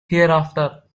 hereafter